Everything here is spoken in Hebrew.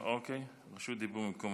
רשות דיבור במקום, אוקיי, רשות דיבור במקום